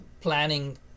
planning